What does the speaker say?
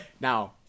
now